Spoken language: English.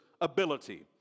ability